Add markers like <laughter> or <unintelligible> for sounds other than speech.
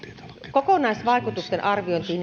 kokonaisvaikutusten arviointi <unintelligible>